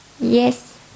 Yes